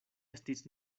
estis